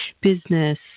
business